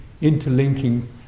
interlinking